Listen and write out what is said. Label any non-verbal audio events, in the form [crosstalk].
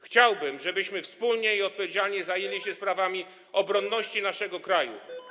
Chciałbym, żebyśmy wspólnie i odpowiedzialnie zajęli się sprawami [noise] obronności naszego kraju.